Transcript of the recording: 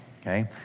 okay